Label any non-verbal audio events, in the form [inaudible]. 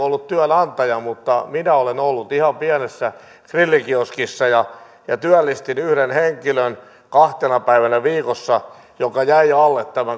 [unintelligible] ollut työnantaja mutta minä olen ollut ihan pienessä grillikioskissa ja ja työllistin yhden henkilön kahtena päivänä viikossa mikä jäi alle tämän